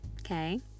okay